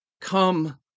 come